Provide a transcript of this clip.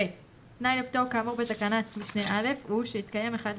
תנאי הפטור כאמור בתקנת משנה (א) הוא שהתקיים אחד מאלה: